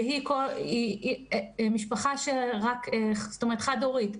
ומדובר במשפחה חד הורית,